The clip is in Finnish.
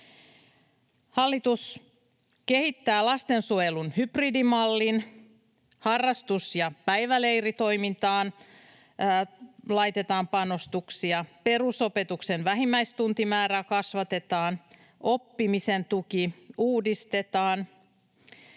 Hallitus kehittää lastensuojelun hybridimallin, harrastus- ja päiväleiritoimintaan laitetaan panostuksia, perusopetuksen vähimmäistuntimäärää kasvatetaan, ja oppimisen tuki uudistetaan.